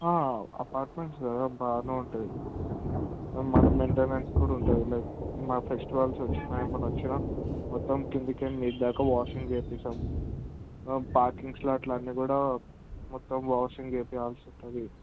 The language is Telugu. అపార్ట్మెంట్స్ కదా బాగానే ఉంటుంది మళ్ళీ మైంటైనన్స్ కూడా ఉంటుంది లైక్ మా ఫెస్టివల్స్ వచ్చినా ఏమైనా వచ్చినా మొత్తం కింద నుండి మీద దాకా వాషింగ్ చేయిస్తాము పార్కింగ్ స్లాట్లు అన్ని కూడా మొత్తం వాషింగ్ చేయించాల్సి ఉంటుంది